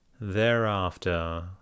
Thereafter